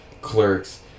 clerks